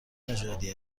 نژادی